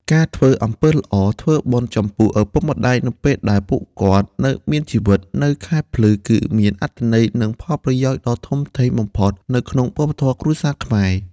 ការធ្វើអំពើល្អ ធ្វើបុណ្យ ចំពោះឪពុកម្តាយនៅពេលដែលពួកគាត់នៅមានជីវិត នៅខែភ្លឺ គឺមានអត្ថន័យ និងផលប្រយោជន៍ដ៏ធំធេងបំផុតនៅក្នុងវប្បធម៌គ្រួសារខ្មែរ។